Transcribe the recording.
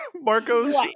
Marco's